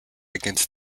against